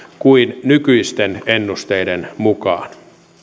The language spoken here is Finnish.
kuin nykyisten ennusteiden mukaan